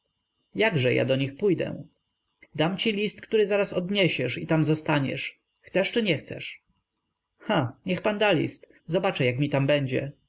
jakże ja do nich pójdę dam ci list który zaraz odniesiesz i tam zostaniesz chcesz czy nie chcesz ha niech pan da list zobaczę jak mi tam będzie